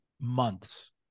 months